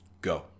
go